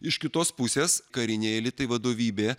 iš kitos pusės kariniai elitai vadovybė